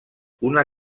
una